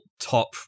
top